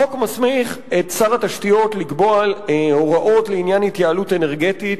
החוק מסמיך את שר התשתיות לקבוע הוראות לעניין התייעלות אנרגטית,